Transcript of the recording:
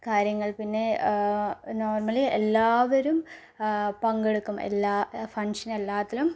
കാര്യങ്ങൾ പിന്നെ നോർമലീ എല്ലാവരും പങ്കെടുക്കും എല്ലാ ഫംഗ്ഷൻ എല്ലാത്തിലും